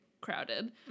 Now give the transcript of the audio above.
crowded